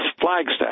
Flagstaff